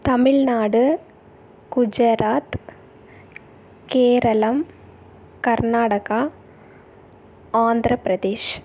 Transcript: Tamil Nadu Gujarat Keralam Karnataka Andhra Pradesh